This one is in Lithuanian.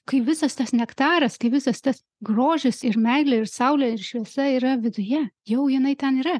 kai visas tas nektaras kai visas tas grožis ir meilė ir saulė ir šviesa yra viduje jau jinai ten yra